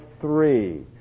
three